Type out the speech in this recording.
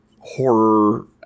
horror